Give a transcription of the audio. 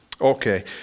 Okay